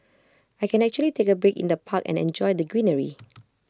I can actually take A break in the park and enjoy the greenery